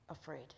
afraid